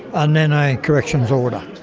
and then a corrections order.